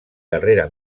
carrera